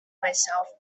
myself